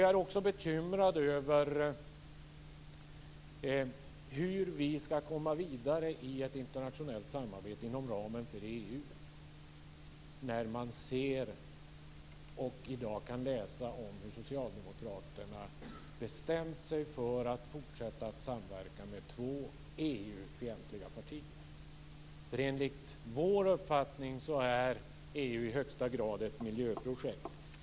Jag är också bekymrad över hur vi skall komma vidare i ett internationellt samarbete inom ramen för EU när man ser och i dag kan läsa om hur Socialdemokraterna har bestämt sig för att fortsätta att samverka med två EU-fientliga partier. Enligt vår uppfattning är EU i högsta grad ett miljöprojekt.